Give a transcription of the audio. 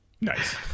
Nice